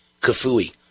kafui